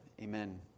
Amen